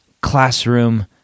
classroom